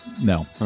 No